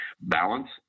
balance